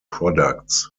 products